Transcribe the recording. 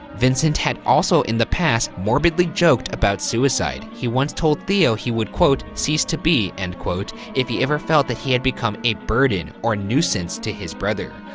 vincent had also in the past morbidly joked about suicide. he once told theo he would, quote, cease to be. end quote. if he ever felt that he had begun a burden or nuisance to his brother.